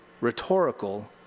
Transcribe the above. rhetorical